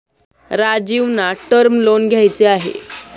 राजीवना term loan घ्यायचे आहे